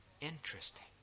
Interesting